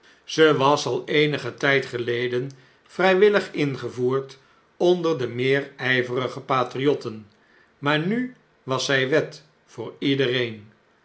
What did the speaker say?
ze was al eenigen tjjd geleden vrjjwiilig ingevoerd onder de meer jjverige patriotten maar nu was zjj wet voor iedereen